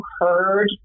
heard